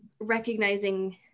recognizing